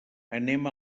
anem